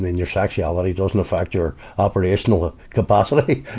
your sexuality doesn't affect your operational ah capacity.